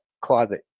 closet